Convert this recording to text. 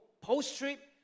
post-trip